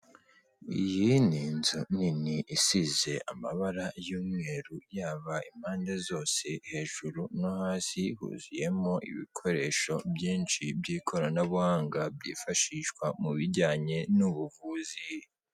Iyi ni inzu nini isize amabara y'umweru yaba impande zose, hejuru no hasi huzuyemo ibikoresho byinshi by'ikoranabuhanga byifashishwa mu bijyanye n'ubuvuzi.